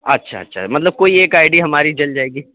اچھا اچھا مطلب کوئی ایک آئی ڈی ہماری چل جائے گی